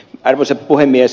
arvoisa puhemies